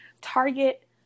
Target